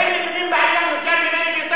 הם מבינים בעניין יותר ממני ויותר ממך.